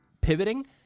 pivoting